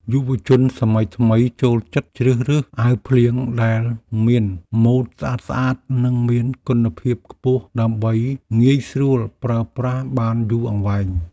យុវជនសម័យថ្មីចូលចិត្តជ្រើសរើសអាវភ្លៀងដែលមានម៉ូតស្អាតៗនិងមានគុណភាពខ្ពស់ដើម្បីងាយស្រួលប្រើប្រាស់បានយូរអង្វែង។